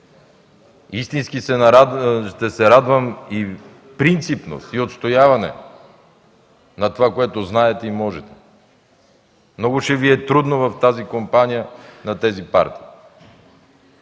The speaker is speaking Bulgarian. Истински ще се радвам да сте принципни при отстояването на това, което знаете и можете. Много ще Ви е трудно в тази компания на тези партии.